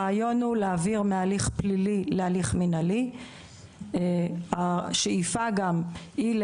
הרעיון הוא להעביר מהליך פלילי להליך מינהלי עוד פעם,